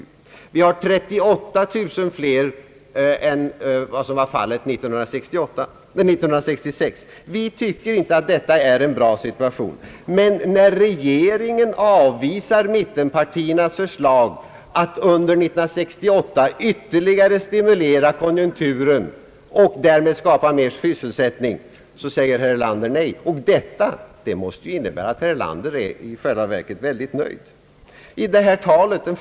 Det är 38 000 fler än vad som var fallet år 1966. Vi tycker inte att detta är en bra situation, men regeringen har avvisat mittenpartiernas förslag att under 1968 ytterligare stimulera konjunkturen och därmed skapa ytterligare sysselsättning. Detta måste ju innebära, att herr Erlander i själva verket är väldigt nöjd med utvecklingen.